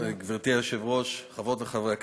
גברתי היושבת-ראש, חברות וחברי הכנסת,